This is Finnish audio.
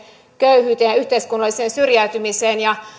köyhyyteen ja yhteiskunnalliseen syrjäytymiseen